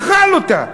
אכל אותה.